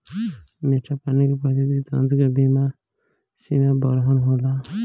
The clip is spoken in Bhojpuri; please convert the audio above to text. मीठा पानी के पारिस्थितिकी तंत्र के सीमा बरहन होला